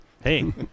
Hey